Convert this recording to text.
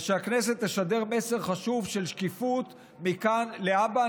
ושהכנסת תשדר מסר חשוב של שקיפות מכאן להבא.